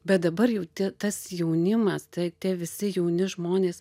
bet dabar jau tie tas jaunimas tai tie visi jauni žmonės